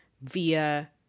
via